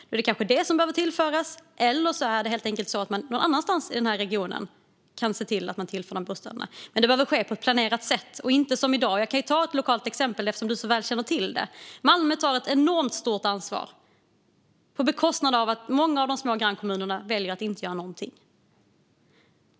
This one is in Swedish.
Det kanske är det som behöver tillföras, eller så kan man helt enkelt se till att tillföra de bostäderna någon annanstans i regionen. Men det behöver ske på ett planerat sätt och inte som i dag. Jag kan ta ett lokalt exempel, eftersom du så väl känner till det. Malmö tar ett enormt stort ansvar, medan många av de små grannkommunerna väljer att inte göra någonting.